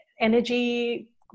Energy